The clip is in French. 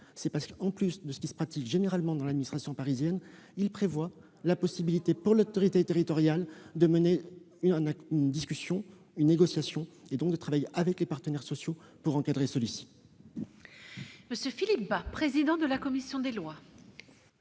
c'est parce que, outre ce qui se pratique généralement dans l'administration parisienne, il prévoit la possibilité, pour l'autorité territoriale, de mener une négociation, donc de travailler avec les partenaires sociaux. La parole est à M.